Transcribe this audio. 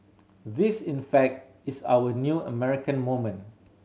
this in fact is our new American moment